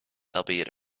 albeit